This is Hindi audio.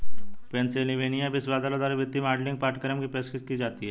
पेन्सिलवेनिया विश्वविद्यालय द्वारा वित्तीय मॉडलिंग पाठ्यक्रम की पेशकश की जाती हैं